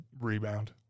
rebound